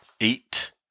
eight